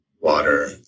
water